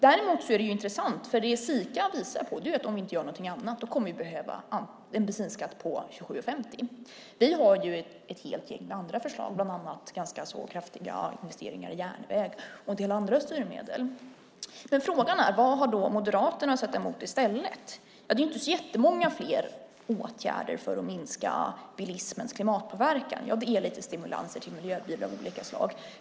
Det som Sika visar är lite intressant, och det är att om vi inte gör någonting annat kommer vi att behöva en bensinskatt på 27:50. Vi har ett helt gäng med andra förslag, bland annat ganska så kraftiga investeringar i järnväg och en del andra styrmedel. Frågan är: Vad har Moderaterna satt emot? Ja, det är inte så jättemånga fler åtgärder för att minska bilismens klimatpåverkan. Det är lite stimulanser till miljöbilar av olika slag.